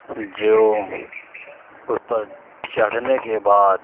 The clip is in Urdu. جو اس پر چڑھنے کے بعد